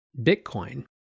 Bitcoin